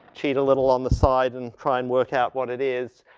cheat a little on the side and try and work out what it is,